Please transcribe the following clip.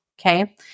okay